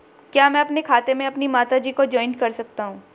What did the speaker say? क्या मैं अपने खाते में अपनी माता जी को जॉइंट कर सकता हूँ?